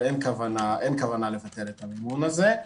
אבל אין כוונה לבטל את המימון הזה.